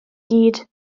gyd